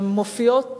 הן מופיעות